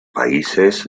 países